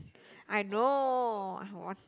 I know